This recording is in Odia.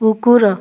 କୁକୁର